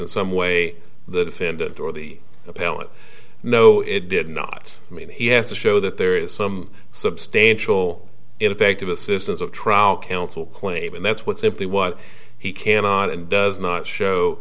in some way the defendant or the appellant no it did not mean he has to show that there is some substantial ineffective assistance of trial counsel claim and that's what simply what he cannot and does not show